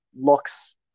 looks